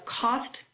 cost